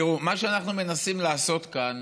תראו, מה שאנחנו מנסים לעשות כאן,